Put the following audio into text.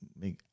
make